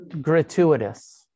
gratuitous